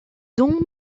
dons